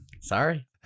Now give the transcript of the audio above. Sorry